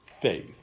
faith